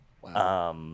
Wow